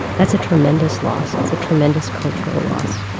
that's a tremendous loss, that's a tremendous cultural loss.